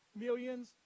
millions